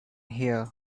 here